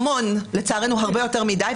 המון, לצערנו הרבה יותר מדי.